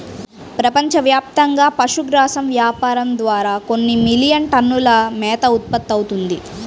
ప్రపంచవ్యాప్తంగా పశుగ్రాసం వ్యాపారం ద్వారా కొన్ని మిలియన్ టన్నుల మేత ఉత్పత్తవుతుంది